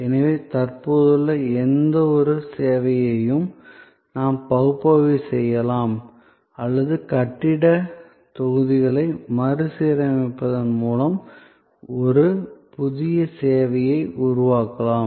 எனவே தற்போதுள்ள எந்தவொரு சேவையையும் நாம் பகுப்பாய்வு செய்யலாம் அல்லது கட்டிடத் தொகுதிகளை மறுசீரமைப்பதன் மூலம் ஒரு புதிய சேவையை உருவாக்கலாம்